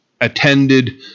attended